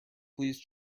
please